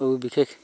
আৰু বিশেষ